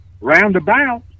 roundabout